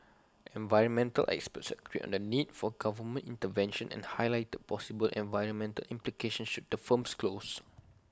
environmental experts agreed on the need for government intervention and highlighted possible environmental implications should the firms close